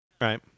Right